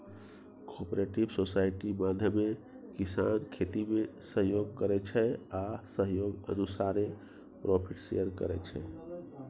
cooperative society माध्यमे किसान खेतीमे सहयोग करै छै आ सहयोग अनुसारे प्रोफिट शेयर करै छै